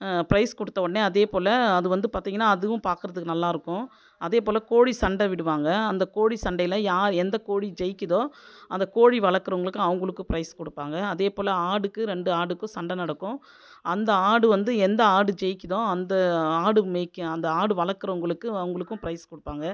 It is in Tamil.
பிரைஸ் கொடுத்தவுடனே அதேபோல் அது வந்து பார்த்தீங்கன்னா அதுவும் பார்க்குறதுக்கு நல்லா இருக்கும் அதேபோல் கோழி சண்டை விடுவாங்க அந்த கோழி சண்டையில் யார் எந்த கோழி ஜெய்கிறதோ அந்த கோழி வளர்க்குறவங்களுக்கு அவங்களுக்கு பிரைஸ் கொடுப்பாங்க அதேபோல் ஆடுக்கு ரெண்டு ஆடுக்கு சண்டை நடக்கும் அந்த ஆடு வந்து எந்த ஆடு ஜெய்கிறதோ அந்த ஆடு மேய்கி அந்த ஆடு வளர்க்குறவங்களுக்கு அவங்களுக்கு பிரைஸ் கொடுப்பாங்க